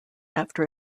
after